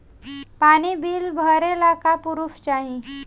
पानी बिल भरे ला का पुर्फ चाई?